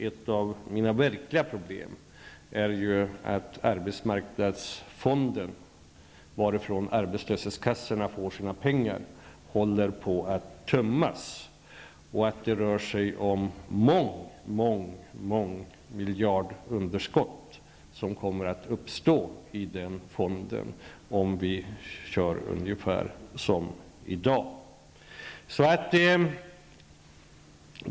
Ett av mina stora problem är att arbetsmarknadsfonden, varifrån arbetslöshetskassorna får sina pengar, håller på att tömmas. I den fonden kommer det att uppstå ett underskott på åtskilliga miljarder, om vi fortsätter såsom vi gör i dag.